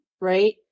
right